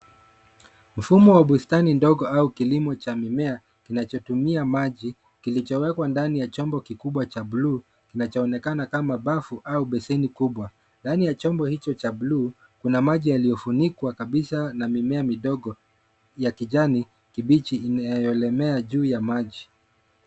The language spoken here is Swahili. Mfumo wa bustani ndogo au kilimo cha mimea kinachotumia maji kilichowekwa ndani ya chombo kikubwa cha bluu, kinachoonekana kama bafu au beseni kubwa. Ndani ya chombo hicho cha bluu kuna maji yaliyofunikwa kabisa na mimea midogo ya kijani kibichi inayolemea juu ya maji.